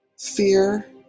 fear